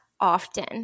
often